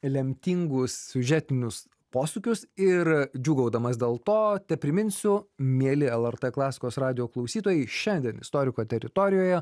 lemtingus siužetinius posūkius ir džiūgaudamas dėl to tepriminsiu mieli lrt klasikos radijo klausytojai šiandien istoriko teritorijoje